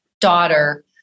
daughter